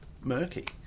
murky